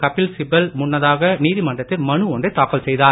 கபில் சிபல் முன்னதாக நீதிமன்றத்தில் மனு ஒன்றை தாக்கல் செய்தார்